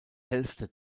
hälfte